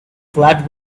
flat